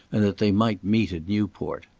and that they might meet at newport.